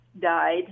died